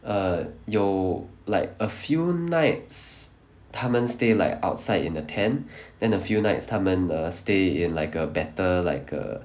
err 有 like a few nights 他们 stay like outside in the tent then a few nights 他们 err stay in like a better like a